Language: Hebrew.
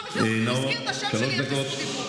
בכל מקרה הוא הזכיר את השם שלי, יש לי זכות דיבור.